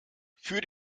für